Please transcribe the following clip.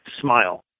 smile